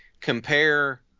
compare